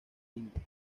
india